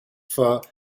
for